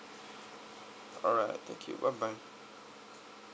alright thank you bye bye